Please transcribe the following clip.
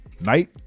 night